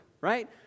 right